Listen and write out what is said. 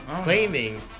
claiming